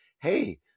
hey